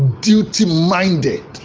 duty-minded